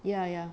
ya ya